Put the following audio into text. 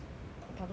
我逃出看电影